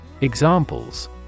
Examples